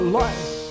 life